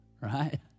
Right